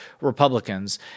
republicans